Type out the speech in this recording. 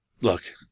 Look